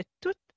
toute